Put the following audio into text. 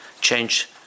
change